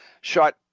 shot